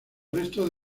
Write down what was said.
restos